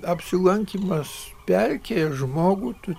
apsilankymas pelkėje žmogų tu